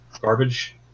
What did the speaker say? garbage